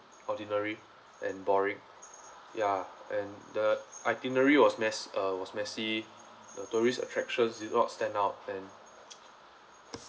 ordinary and boring ya and the itinerary was mess uh was messy the tourist attractions did not stand out and